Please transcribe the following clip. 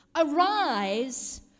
arise